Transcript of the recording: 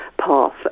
path